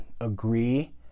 agree